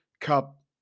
Cup